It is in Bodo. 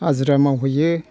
हाजिरा मावहैयो